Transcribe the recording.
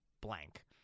blank